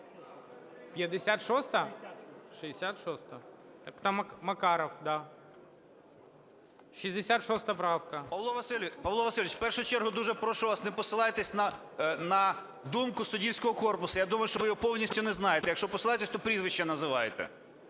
Павло Васильович, в першу чергу дуже прошу вас, не посилайтесь на думку суддівського корпусу. Я думаю, що ви його повністю не знаєте. Якщо посилаєтесь, то прізвище називайте.